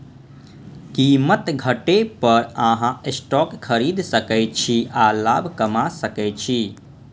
कीमत घटै पर अहां स्टॉक खरीद सकै छी आ लाभ कमा सकै छी